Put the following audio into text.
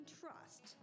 trust